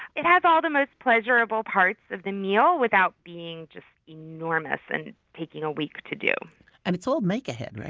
it has all the most pleasurable parts of the meal without being just enormous and taking a week to do and it's all make-ahead?